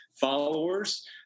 followers